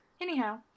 Anyhow